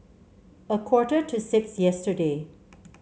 a quarter to six yesterday